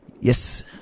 Yes